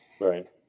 Right